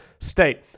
State